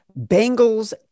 Bengals